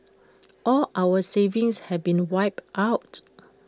all our savings have been wiped out